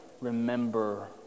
remember